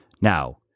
Now